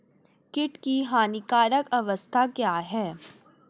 कीट की हानिकारक अवस्था क्या है?